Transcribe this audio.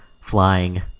flying